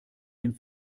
dem